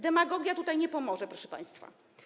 Demagogia tutaj nie pomoże, proszę państwa.